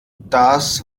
das